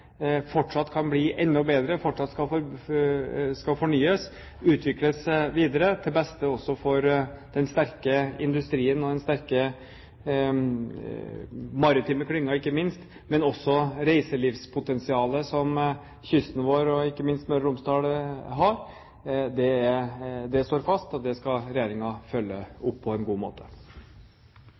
fortsatt kan bli enda bedre og fortsatt skal fornyes og utvikles videre, til beste for den sterke industrien og den sterke maritime klyngen, ikke minst, men også med tanke på det reiselivspotensialet som er på kysten vår og ikke minst i Møre og Romsdal, står fast, og det skal regjeringen følge opp på en god måte.